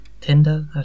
tinder